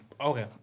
Okay